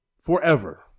forever